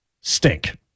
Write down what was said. stink